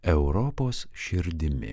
europos širdimi